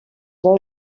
vol